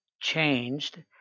changed